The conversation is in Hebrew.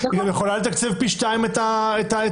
היא גם יכולה לתקצב פי שניים את הקיים,